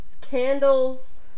candles